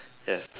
yes